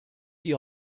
die